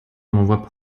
m’envoie